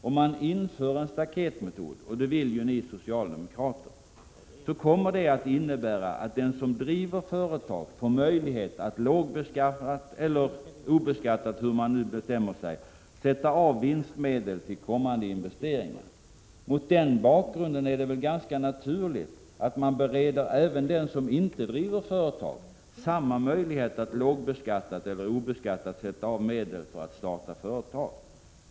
Om man inför en staketmetod, och det vill ju ni socialdemokrater, kommer det att innebära att den som driver företag får möjlighet att lågbeskattat eller obeskattat — hur man nu bestämmer sig — sätta av vinstmedel till kommande investeringar. Mot den bakgrunden är det väl ganska naturligt att man bereder även dem som inte driver företag samma möjlighet att lågbeskattat eller obeskattat sätta av medel för att starta företag.